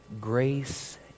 grace